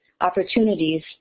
opportunities